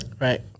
right